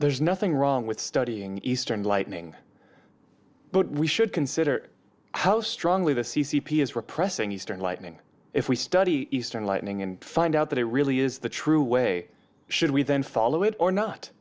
there's nothing wrong with studying eastern lightning but we should consider how strongly the c c p is repressing eastern lightnin if we study eastern lightning and find out that it really is the true way should we then follow it or not